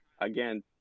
again